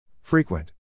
Frequent